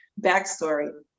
backstory